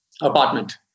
apartment